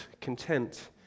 content